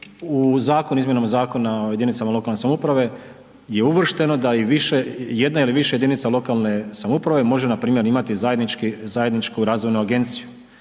u zakon, izmjenama Zakona o jedinicama lokalne samouprave je uvršteno da i više, jedna ili više jedinica lokalne samouprave može npr. imati zajednički, zajedničku razvoju agenciju,